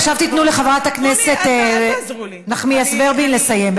עכשיו תנו לחברת הכנסת נחמיאס ורבין לסיים.